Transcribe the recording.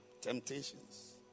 temptations